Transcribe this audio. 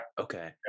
Okay